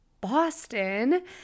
Boston